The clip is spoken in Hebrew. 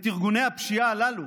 את ארגוני הפשיעה הללו